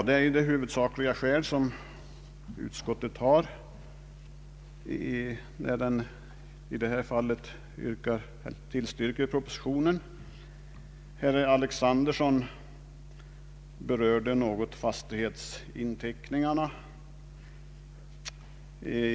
Herr Alexanderson berörde något frågan om fastighetsinteckningarna.